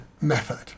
method